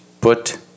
put